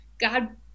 God